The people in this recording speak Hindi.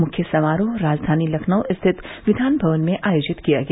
मुख्य समारोह राजधानी लखनऊ स्थित कियान भवन में आयोजित किया गया